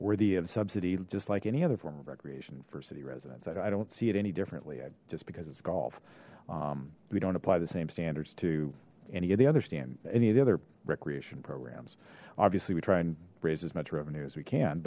worthy of subsidy just like any other form of recreation for city residents i don't see it any differently just because it's golf we don't apply the same standards to any of the other stand any of the other recreation programs obviously we try and raise as much revenue as we can